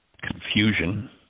confusion